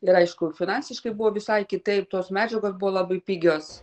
ir aišku finansiškai buvo visai kitaip tos medžiagos buvo labai pigios